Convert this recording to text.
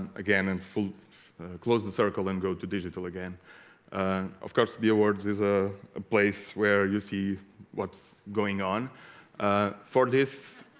again and full closed the circle and go to digital again of course the awards is a place where you see what's going on ah for this